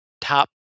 top